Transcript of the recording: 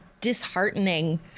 disheartening